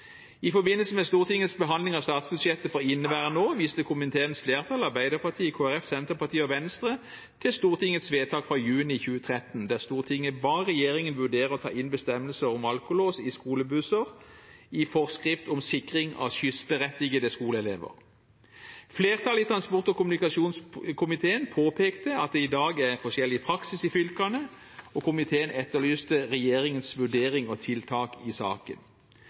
I forbindelse med Stortingets behandling av statsbudsjettet for inneværende år viste komiteens flertall – Arbeiderpartiet, Kristelig Folkeparti, Senterpartiet og Venstre – til Stortingets vedtak fra juni 2013, der Stortinget ba regjeringen vurdere å ta inn bestemmelser om alkolås i skolebusser i «forskrift om sikring av skyssberettigede skoleelever». Flertallet i transport- og kommunikasjonskomiteen påpekte at «det i dag er forskjellig praksis i fylkene», og komiteen etterlyste «regjeringens vurdering og tiltak» i saken.